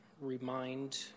remind